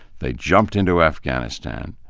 they jumped into afghanistan.